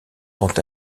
quant